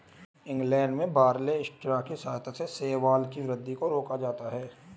England में barley straw की सहायता से शैवाल की वृद्धि को रोका जाता है